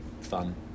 fun